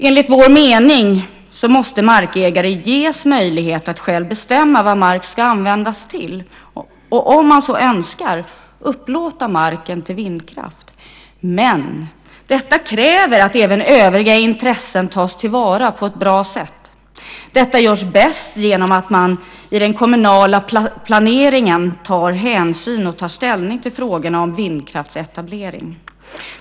Enligt vår mening måste markägaren ges möjlighet att själv bestämma vad mark ska användas till. Om man så önskar ska man också kunna upplåta marken till vindkraft. Men detta kräver att även övriga intressen tas till vara på ett bra sätt. Det görs bäst genom att man i den kommunala planeringen tar hänsyn och tar ställning till frågorna om vindkraftsetablering.